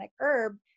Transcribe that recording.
herb